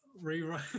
rewrite